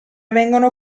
vengono